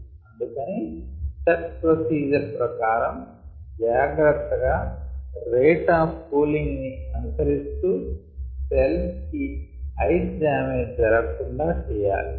అందుకని set procedure ప్రకారం జాగ్రత్తగా రేట్ ఆఫ్ కూలింగ్ ని అనుసరిస్తూ సెల్స్ కి ఐస్ డామేజ్ జరగ కుండా చెయ్యాలి